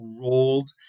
rolled